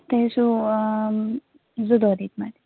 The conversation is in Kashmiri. تۅہہِ اوسوٕ زٕ دۅہ دِتۍمِتۍ